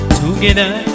together